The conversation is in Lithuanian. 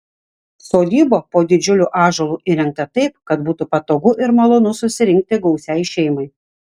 sodyba po didžiuliu ąžuolu įrengta taip kad būtų patogu ir malonu susirinkti gausiai šeimai